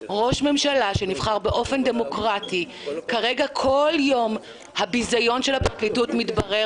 ראש ממשלה שנבחר באופן דמוקרטי הביזיון של הפרקליטות מתברר